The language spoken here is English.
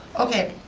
okay,